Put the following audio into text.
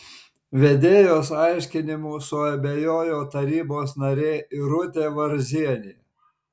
vedėjos aiškinimu suabejojo tarybos narė irutė varzienė